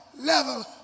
level